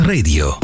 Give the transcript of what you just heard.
Radio